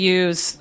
use